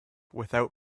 without